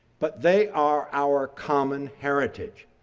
but they are our common heritage.